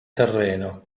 terreno